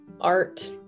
art